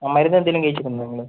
മരുന്ന് എന്തേലും കഴിച്ചിരുന്നോ നിങ്ങൾ